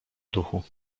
duchu